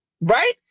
right